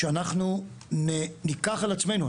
שאנחנו ניקח על עצמנו,